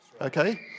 Okay